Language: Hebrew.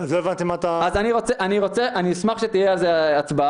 לא הבנתי מה אתה --- אני אשמח שתהיה על זה הצבעה.